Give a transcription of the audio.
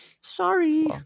Sorry